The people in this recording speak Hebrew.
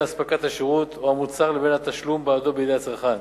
אספקת השירות או המוצר לבין התשלום בעדו בידי הצרכן.